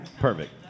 Perfect